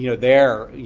you know there,